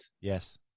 Yes